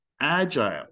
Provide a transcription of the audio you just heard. agile